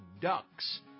Ducks